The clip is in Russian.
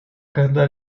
когда